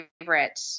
favorite